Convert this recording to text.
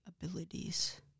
abilities